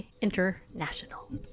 International